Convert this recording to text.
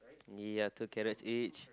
ya two carrots each